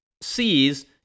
sees